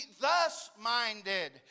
thus-minded